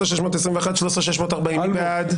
13,601 עד 13,620, מי בעד?